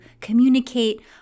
communicate